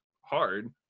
hard